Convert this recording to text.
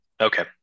Okay